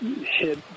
hit